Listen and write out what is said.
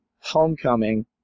Homecoming